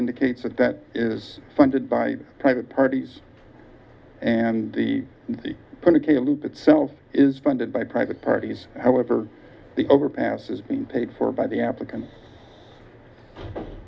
indicates that that is funded by private parties and the predicate aleut itself is funded by private parties however the overpass is being paid for by the applicant